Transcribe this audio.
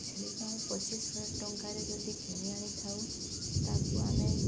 ଛେଳିକୁ ଆମେ ପଚିଶି ହଜାର ଟଙ୍କାରେ ଯଦି କିଣି ଆଣିଥାଉ ତାକୁ ଆମେ